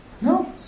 No